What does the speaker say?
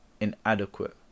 Inadequate